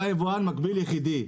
אתה יבואן מקביל יחידי.